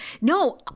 No